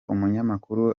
umunyamakuru